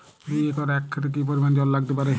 দুই একর আক ক্ষেতে কি পরিমান জল লাগতে পারে?